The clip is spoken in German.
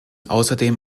außerdem